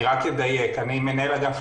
כל חוזרי